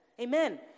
Amen